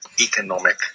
economic